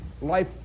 life